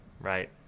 right